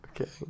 Okay